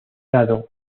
lado